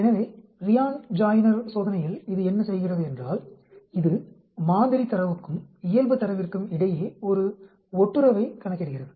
எனவே Ryan Joiner சோதனையில் இது என்ன செய்கிறது என்றால் இது மாதிரி தரவுக்கும் இயல்பு தரவிற்கும் இடையே ஒரு ஒட்டுறவைக் கணக்கிடுகிறது